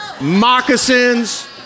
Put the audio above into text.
moccasins